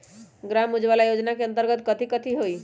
ग्राम उजाला योजना के अंतर्गत कथी कथी होई?